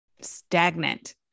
stagnant